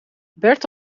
bert